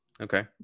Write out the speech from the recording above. Okay